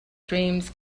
dreams